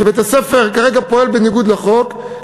שבית-הספר כרגע פועל בניגוד לחוק,